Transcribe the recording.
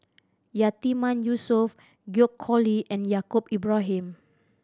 Yatiman Yusof George Collyer and Yaacob Ibrahim